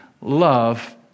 love